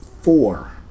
Four